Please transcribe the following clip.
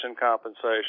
compensation